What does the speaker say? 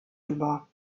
über